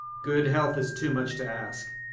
good health is too much to ask.